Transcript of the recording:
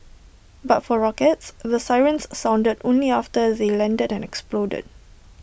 but for rockets the sirens sounded only after they landed and exploded